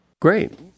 Great